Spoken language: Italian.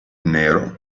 nero